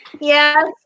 Yes